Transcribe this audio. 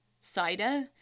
cider